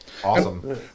Awesome